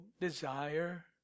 desire